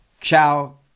Ciao